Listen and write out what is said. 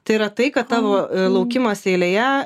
tai yra tai kad tavo laukimas eilėje